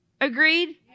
Agreed